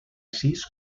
sis